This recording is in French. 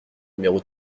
numéro